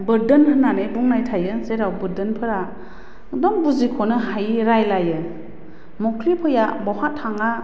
बोरदोन होन्नानै बुंनाय थायो जेराव बोरदोनफोरा बा बुजिख'नो हायै रायलाइयो मख्लि फैया बहा थाङा